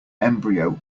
embryo